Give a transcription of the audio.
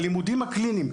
בלימודים הקליניים,